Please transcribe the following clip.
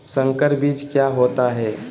संकर बीज क्या होता है?